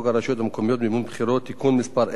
המקומיות (מימון בחירות) (תיקון מס' 10),